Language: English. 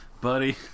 Buddy